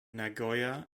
nagoya